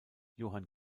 johann